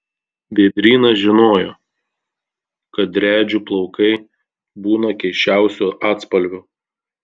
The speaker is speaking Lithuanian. vėdrynas žinojo kad driadžių plaukai būna keisčiausių atspalvių